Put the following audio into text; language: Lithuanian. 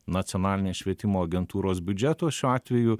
nacionalinės švietimo agentūros biudžeto šiuo atveju